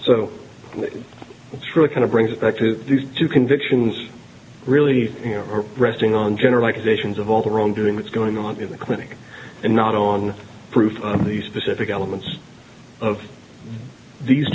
so it's really kind of brings us back to these two convictions really resting on generalizations of all the wrongdoing that's going on in the clinic and not on proof of the specific elements of these